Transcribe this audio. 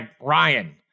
Ryan-